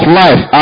life